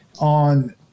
on